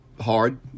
hard